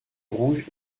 rouge